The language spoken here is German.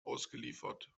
ausgeliefert